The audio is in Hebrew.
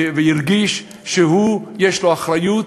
והוא הרגיש שיש לו אחריות,